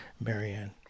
Marianne